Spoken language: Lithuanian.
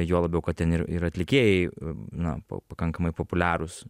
juo labiau kad ten ir ir atlikėjai na pa pakankamai populiarūs